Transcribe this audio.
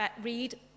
read